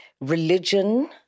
Religion